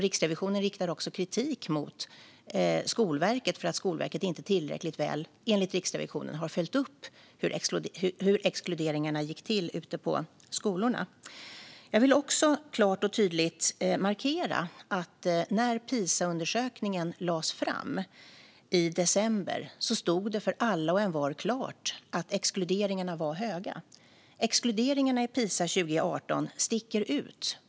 Riksrevisionen riktar också kritik mot Skolverket för att Skolverket, enligt Riksrevisionen, inte tillräckligt väl har följt upp hur exkluderingarna gick till ute på skolorna. Jag vill också klart och tydligt markera att när Pisaundersökningens resultat lades fram i december stod det klart för alla och envar att exkluderingarna var höga. Exkluderingarna i Pisa 2018 sticker ut.